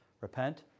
repent